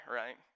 right